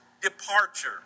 departure